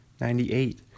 Ninety-eight